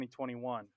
2021